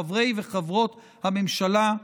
חברי וחברות הממשלה,